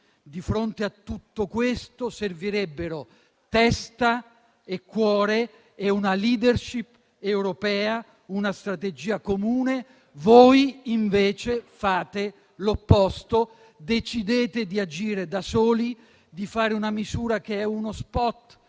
Di fronte a tutto questo servirebbero testa e cuore, e una *leadership* europea, una strategia comune. Voi invece fate l'opposto: decidete di agire da soli, di fare una misura che è uno *spot*,